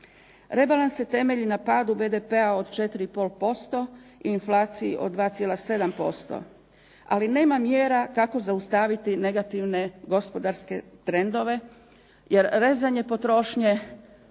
Rebalans se temelji na padu BDP-a od 4,5%, inflaciji od 2,7%. Ali nema mjera kako zaustaviti negativne gospodarske trendove, jer rezanje potrošnje